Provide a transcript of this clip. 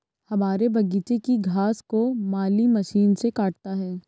हमारे बगीचे की घास को माली मशीन से काटता है